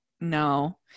No